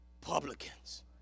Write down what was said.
publicans